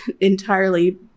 entirely